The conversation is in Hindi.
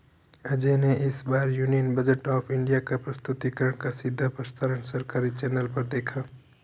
अजय ने इस बार यूनियन बजट ऑफ़ इंडिया का प्रस्तुतिकरण का सीधा प्रसारण सरकारी चैनल पर देखा